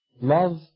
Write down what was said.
love